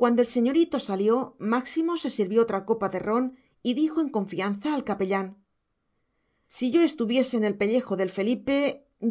cuando el señorito salió máximo se sirvió otra copa de ron y dijo en confianza al capellán si yo estuviese en el pellejo del felipe